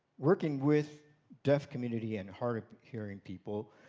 working with deaf community and hard of hearing people,